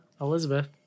Elizabeth